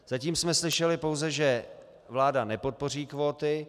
Zatím jsme slyšeli pouze, že vláda nepodpoří kvóty.